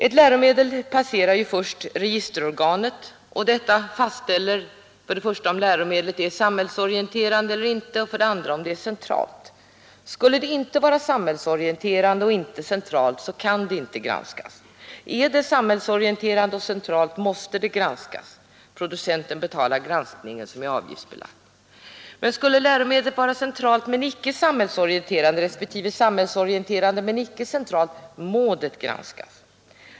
Ett läromedel passerar ju först registerorganet. Detta fastställer för det första om läromedlet är samhällsorienterande eller ej, och för det andra om det är centralt. Skulle det inte vara samhällsorienterande och inte centralt kan det inte granskas. Är det samhällsorienterande och centralt måste det granskas. Producenten betalar granskningen, som är avgiftsbelagd. Skulle läromedlet vara centralt men icke samhällsorienterande, respektive samhällsorienterande men icke centralt må det granskas.